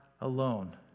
alone